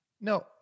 No